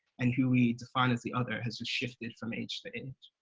and who we define as the other has shifted from age to age?